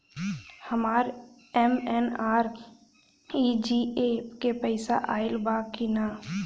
हमार एम.एन.आर.ई.जी.ए के पैसा आइल बा कि ना?